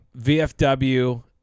vfw